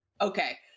okay